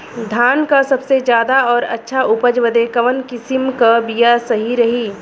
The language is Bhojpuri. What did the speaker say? धान क सबसे ज्यादा और अच्छा उपज बदे कवन किसीम क बिया सही रही?